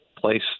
place